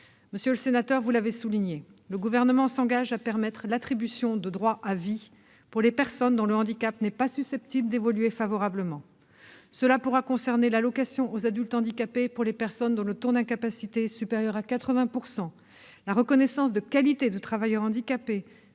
monsieur le sénateur, le Gouvernement s'engage à permettre l'attribution de droits à vie aux personnes dont le handicap n'est pas susceptible d'évoluer favorablement. Cela pourra concerner l'allocation aux adultes handicapés pour les personnes dont le taux d'incapacité est supérieur à 80 %, la reconnaissance de la qualité de travailleur handicapé,